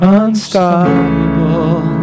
unstoppable